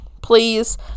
please